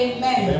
Amen